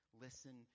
Listen